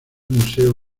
museo